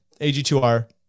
AG2R